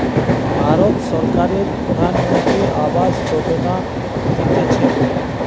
ভারত সরকারের প্রধানমন্ত্রী আবাস যোজনা দিতেছে